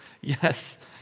Yes